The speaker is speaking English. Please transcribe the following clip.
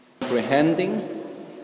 comprehending